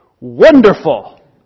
Wonderful